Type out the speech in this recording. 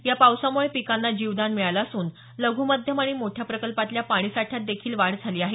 या पावसामुळे पिकांना जीवदान मिळालं असून लघ् मध्यम आणि मोठ्या प्रकल्पातल्या पाणी साठ्यात देखील वाढ झाली आहे